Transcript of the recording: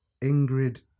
Ingrid